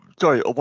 sorry